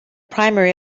primary